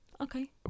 Okay